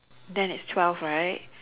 then it's twelve right